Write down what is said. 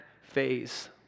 phase